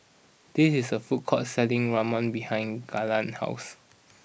this is a food court selling Ramen behind Garland's house